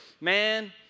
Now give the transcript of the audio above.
man